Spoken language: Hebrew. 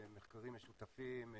מחקרים משותפים,